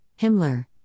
Himmler